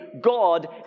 God